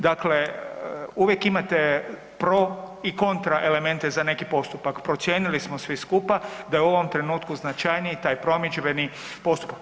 Dakle, uvijek imate pro i kontra elemente za neki postupak, procijenili smo svi skupa da je u ovom trenutku značajniji taj promidžbeni postupak.